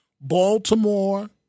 Baltimore